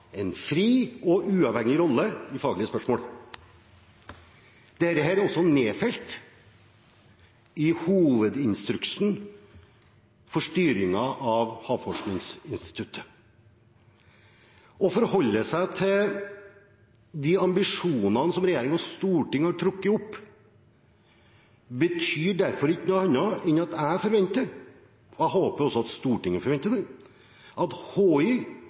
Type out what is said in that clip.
en fri og uavhengig rolle i faglige spørsmål. Dette er også nedfelt i hovedinstruksen for styringen av HI. Det å forholde seg til de ambisjonene som regjering og storting har trukket opp, betyr derfor ikke noe annet enn at jeg forventer – og jeg håper at også Stortinget forventer det – at HI